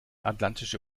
atlantische